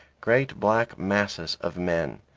great black masses of men.